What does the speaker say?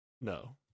No